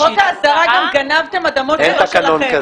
בחוק ההסדרה גם גנבתם אדמות שלא שלכם.